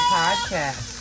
podcast